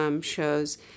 shows